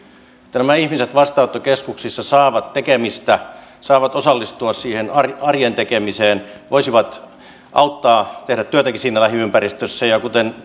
että nämä ihmiset vastaanottokeskuksissa saavat tekemistä saavat osallistua siihen arjen tekemiseen voisivat auttaa tehdä työtäkin siinä lähiympäristössä ja kuten